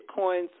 Bitcoin